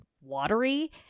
watery